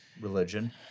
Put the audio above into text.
Religion